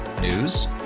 News